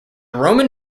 roman